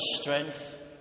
strength